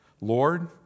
Lord